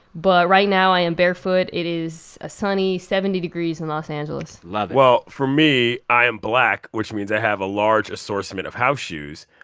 but right now, i am barefoot. it is a sunny seventy degrees in los angeles love it well, for me, i am black, which means i have a large assortment of house shoes,